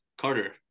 carter